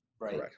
right